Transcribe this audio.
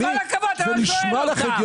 לא, עם כל הכבוד, למה אתה שואל אותה?